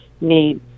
need